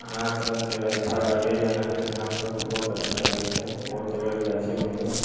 अहाँ सबके अच्छा लागे या नहि लागै हमसब बहुत अच्छा लागै छै बहुत जगह जाइ छियै घूमे